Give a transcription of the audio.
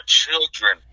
children